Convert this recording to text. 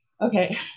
Okay